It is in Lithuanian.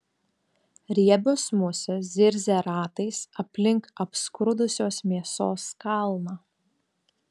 riebios musės zirzia ratais aplink apskrudusios mėsos kalną